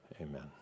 amen